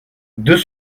deux